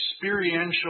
experiential